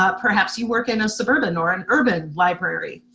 ah perhaps you work in a suburban or and urban library.